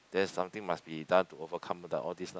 then something must be done to overcome the all this lah